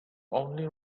only